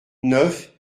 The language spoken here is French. neuf